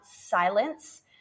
silence